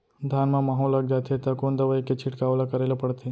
धान म माहो लग जाथे त कोन दवई के छिड़काव ल करे ल पड़थे?